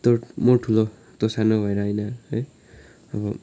त्यो म ठुलो तँ सानो भएर होइन है अब